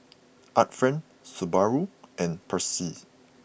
art friend Subaru and Persil